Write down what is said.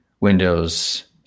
Windows